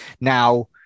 Now